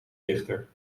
dichter